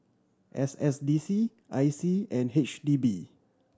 S S D C I C and H D B